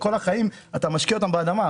שכל החיים השקענו אותם באדמה.